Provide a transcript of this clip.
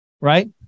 right